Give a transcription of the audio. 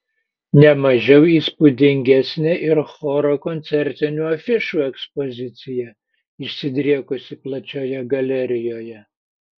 ne mažiau įspūdingesnė ir choro koncertinių afišų ekspozicija išsidriekusi plačioje galerijoje